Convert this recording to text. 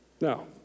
Now